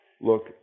look